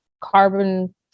carbon